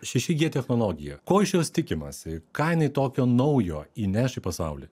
šeši gie technologiją ko iš jos tikimasi ką jinai tokio naujo įneš į pasaulį